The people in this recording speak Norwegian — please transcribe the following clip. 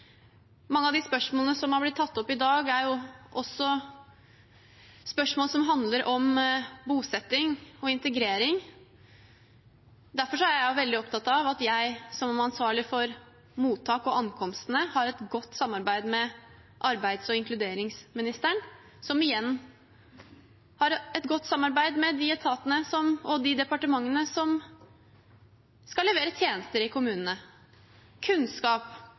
Mange av de spørsmålene som har blitt tatt opp i dag, er også spørsmål som handler om bosetting og integrering. Derfor er jeg veldig opptatt av at jeg som ansvarlig for mottak og ankomstene har et godt samarbeid med arbeids- og inkluderingsministeren, som igjen har et godt samarbeid med de etatene og de departementene som skal levere tjenester i kommunene. Kunnskap